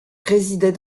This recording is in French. résidait